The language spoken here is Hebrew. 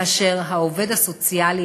כאשר העובד הסוציאלי,